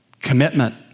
Commitment